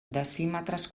decímetres